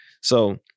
So-